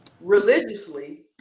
religiously